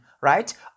right